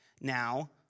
Now